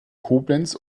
koblenz